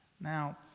now